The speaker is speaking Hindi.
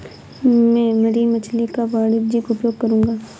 मैं मरीन मछली का वाणिज्यिक उपयोग करूंगा